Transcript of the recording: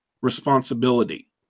responsibility